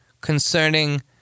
Concerning